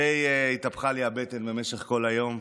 די התהפכה לי הבטן במשך כל היום,